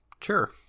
Sure